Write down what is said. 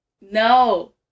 No